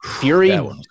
fury